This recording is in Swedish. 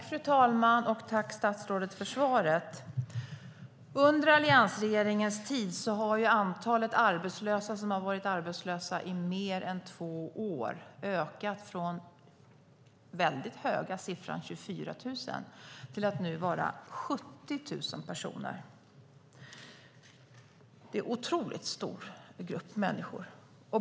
Fru talman! Jag tackar statsrådet för svaret. Under alliansregeringens tid har antalet som har varit arbetslösa i mer än två år ökat från 24 000 till 70 000. Det är en stor grupp.